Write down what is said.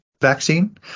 vaccine